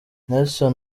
nelson